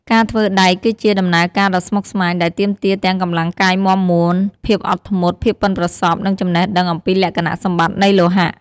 ការធ្វើដែកគឺជាដំណើរការដ៏ស្មុគស្មាញដែលទាមទារទាំងកម្លាំងកាយមាំមួន ភាពអត់ធ្មត់ ភាពប៉ិនប្រសប់ និងចំណេះដឹងអំពីលក្ខណៈសម្បត្តិនៃលោហៈ។